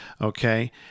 okay